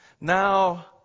now